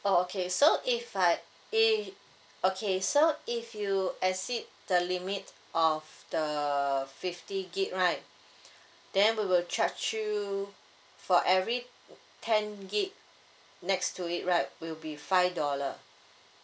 oh okay so if I if okay so if you exceed the limit of the fifty gig right then we will charge you for every ten gig next to it right will be five dollar